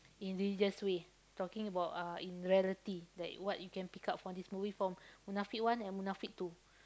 in religious way talking about uh in reality that what you can pick up from this movie from Munafik one and Munafik two